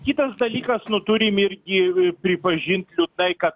kitas dalykas nu turim irgi pripažint liūdnai kad